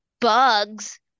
bugs